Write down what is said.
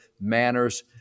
manners